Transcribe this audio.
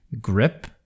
grip